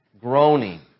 groaning